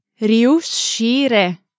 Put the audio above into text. Riuscire